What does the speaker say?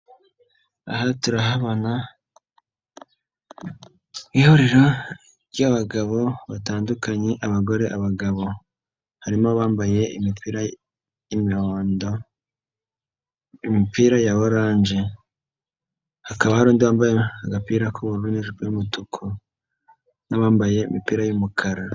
Aha turahabona ihuriro ry'abagabo batandukanye abagore, abagabo harimo bambaye imipira y'imihondo, imipira ya oranje, hakaba hari uwambaye agapira k'ubururu n'ijipo y'umutuku, n'abambaye imipira y'umukara.